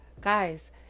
Guys